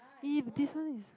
E this one is